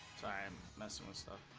time miss ah most of